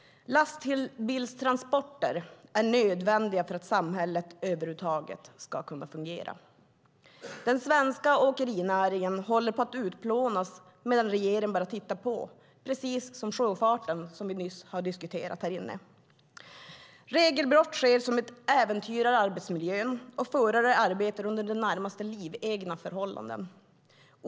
Lastbilstransporter är nödvändiga för att samhället över huvud taget ska fungera. Den svenska åkerinäringen håller på att utplånas medan regeringen bara tittar på, precis som med sjöfarten som vi nyss har diskuterat. Regelbrott sker som äventyrar arbetsmiljön, och förare arbetar under närmast livegna förhållanden.